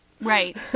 Right